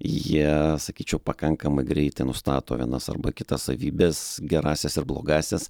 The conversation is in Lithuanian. jie sakyčiau pakankamai greitai nustato vienas arba kitas savybes gerąsias ir blogąsias